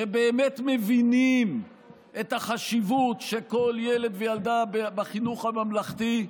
שבאמת מבינים את החשיבות שכל ילד וילדה בחינוך הממלכתי,